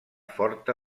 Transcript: forta